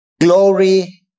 glory